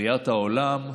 בריאת העולם,